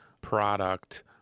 product